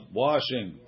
washing